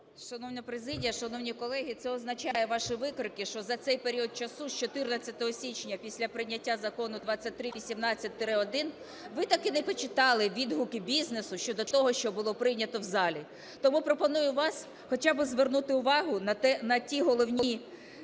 Шановна президія, шановні колеги, це означає ваші викрики, що за цей період часу, з 14 січня після прийняття Закону 2318-1, ви так і не почитали відгуки бізнесу, щодо того, що було прийнято в залі. Тому пропоную вам хоча би звернути увагу на той головний